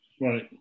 Right